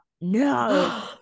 No